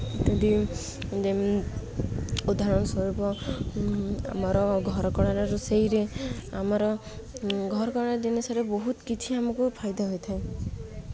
ଯଠି ଯେମିତି ଉଦାହରଣ ସ୍ୱରୂପ ଆମର ଘରକରଣା ରୋଷେଇରେ ଆମର ଘରକରଣାରେ ଜିନିଷରେ ବହୁତ କିଛି ଆମକୁ ଫାଇଦା ହୋଇଥାଏ